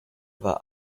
war